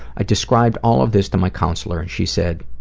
i described all of this to my counselor and she said,